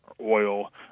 oil